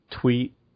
tweet